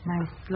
Nice